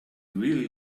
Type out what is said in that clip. really